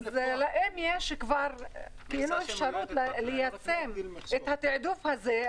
אז אם יש כבר אפשרות ליישם את התעדוף הזה,